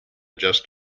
just